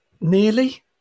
Nearly